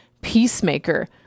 peacemaker